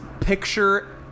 picture-